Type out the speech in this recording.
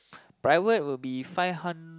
private will be five hundred